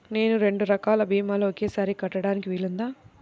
నేను రెండు రకాల భీమాలు ఒకేసారి కట్టడానికి వీలుందా?